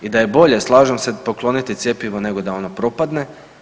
I da je bolje, slažem se pokloniti cjepivo, nego da ono propadne.